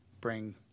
bring